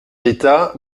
d’état